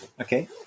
Okay